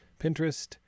Pinterest